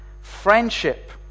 friendship